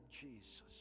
Jesus